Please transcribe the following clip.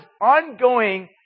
ongoing